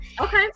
okay